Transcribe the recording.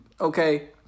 okay